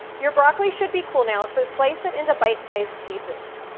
your broccoli should be cool now, so slice it into bite sized pieces.